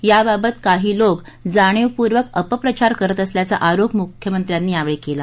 याबाबत काही लोक जाणीवपूर्वक अपप्रचार करत असल्याचा आरोप मुख्यमंत्र्यांनी यावेळी केला